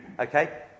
Okay